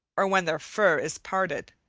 or when their fur is parted.